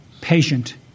patient